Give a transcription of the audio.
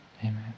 Amen